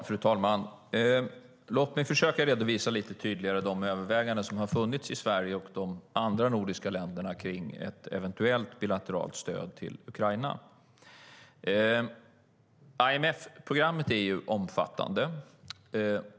Fru talman! Låt mig försöka redovisa de överväganden som har funnits i Sverige och de andra nordiska länderna om ett eventuellt bilateralt stöd till Ukraina lite tydligare. IMF-programmet är omfattande.